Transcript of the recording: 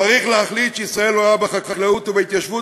צריך להחליט שישראל רואה בחקלאות ובהתיישבות